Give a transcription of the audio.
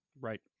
Right